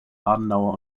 adenauer